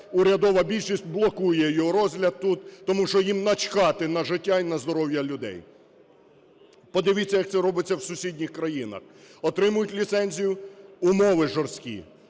урядова більшість блокує його розгляд тут, тому що їм начхати на життя і на здоров'я людей. Подивіться, як це робиться в сусідніх країнах. Отримують ліцензію, умови жорсткі: